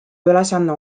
ülesanne